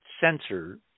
sensor